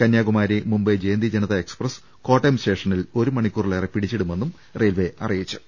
Kanyakumari Mumbai Jayanti Janata express Kottayam സ്റ്റേഷനിൽ ഒരു മണിക്കൂറിലേറെ പിടിച്ചിടുമെന്നും റെയിൽവെ അറി യിച്ചു